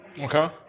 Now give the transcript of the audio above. okay